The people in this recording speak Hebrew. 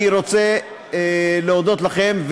אני רוצה להודות לכם.